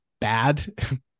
bad